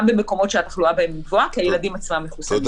במקומות שהתחלואה בהם היא גבוהה כי הילדים עצמם מחוסנים.